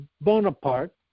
Bonaparte